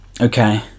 okay